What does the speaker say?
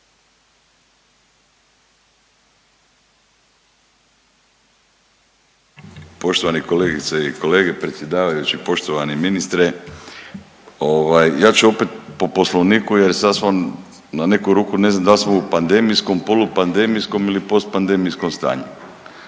Poštovane kolegice i kolege, predsjedavajući, poštovani ministre. Ja ću opet po Poslovniku, jer sad smo na neku ruku ne znam da li smo u pandemijskom, polu pandemijskom ili post pandemijskom stanju.